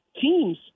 teams